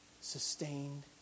sustained